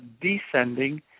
descending